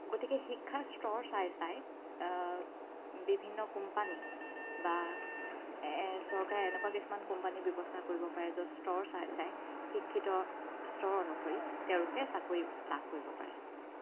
গতিকে শিক্ষাৰ স্তৰ চাই চাই বিভিন্ন কোম্পানী বা চৰকাৰে এনেকুৱা কিছুমান কোম্পানী ব্যৱস্থা কৰিব পাৰে য'ত স্তৰ চাই চাই শিক্ষিত স্তৰ অনুসৰি তেওঁলোকে চাকৰি লাভ কৰিব পাৰে